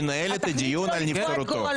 ינהל את הדיון על נבצרותו.